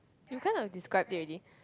you kind of described it already